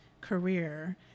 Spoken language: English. career